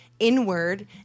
Inward